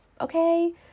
Okay